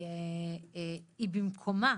אני חושבת שהיא במקומה